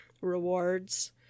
rewards